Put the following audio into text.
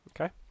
Okay